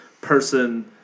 person